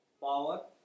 power